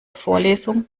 vorlesung